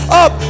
up